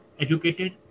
educated